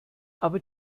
aber